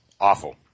awful